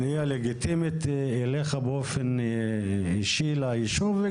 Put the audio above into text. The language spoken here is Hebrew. פנייה לגיטימית אליך אישי ליישוב,